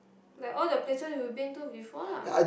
like all the places you been to before lah